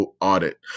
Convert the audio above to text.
audit